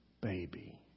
baby